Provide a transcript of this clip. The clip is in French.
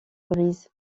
brise